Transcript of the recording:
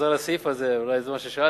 חוזר על הסעיף הזה, אולי זה מה ששאלת,